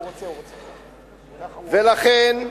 אני,